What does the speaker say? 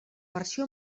versió